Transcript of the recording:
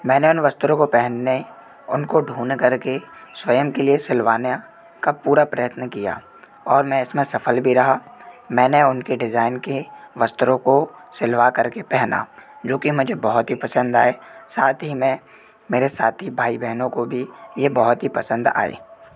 मैंने उन वस्त्रों को पहनने उनको ढूंढ करके स्वयं के लिए सिलवाने का पूरा प्रयत्न किया और मैं इसमें सफल भी रहा मैंने उनके डिज़ाइन के वस्त्रों को सिलवा करके पहना जो कि मुझे बहुत ही पसंद आए साथ ही मैं मेरे साथी भाई बहनों को भी ये बहुत ही पसंद आए